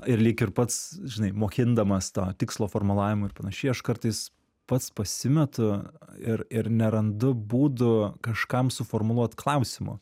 ir lyg ir pats žinai mokindamas to tikslo formulavimo ir panašiai aš kartais pats pasimetu ir ir nerandu būdų kažkam suformuluot klausimo